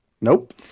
Nope